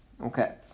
Okay